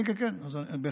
כן, כן, בהחלט.